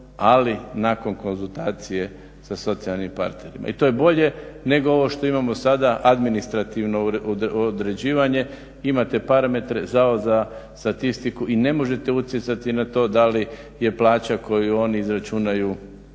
ali nakon konzultacije sa socijalnim partnerima. I to je bolje nego ovo što imamo sada administrativno određivanje. Imate parametre, Zavod za statistiku, i ne možete utjecati na to da li je plaća koju oni izračunaju